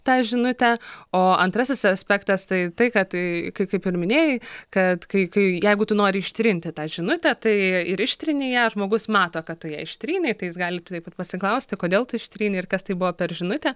tą žinutę o antrasis aspektas tai tai kad a kai kaip ir minėjai kad kai kai jeigu tu nori ištrinti tą žinutę tai ir ištrini ją žmogus mato kad tu ją ištrynei tai jis gali turėti pasiklausti kodėl ištrynei ir kas tai buvo per žinutė